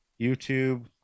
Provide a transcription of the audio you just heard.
YouTube